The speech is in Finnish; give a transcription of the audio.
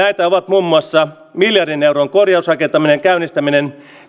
muun muassa miljardin euron korjausrakentamisen käynnistäminen